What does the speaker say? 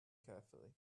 carefully